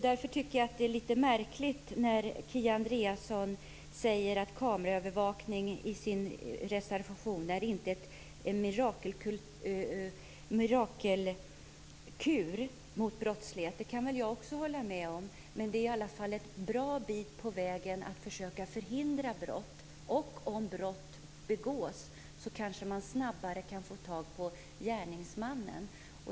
Därför tycker jag att det är litet märkligt när Kia Andreasson i sin reservation säger att kameraövervakning inte är någon mirakelkur mot brottslighet. Det kan väl jag också hålla med om, men det är i alla fall en bra bit på vägen mot att försöka förhindra brott. Om brott begås kanske man också snabbare kan få tag på gärningsmannen.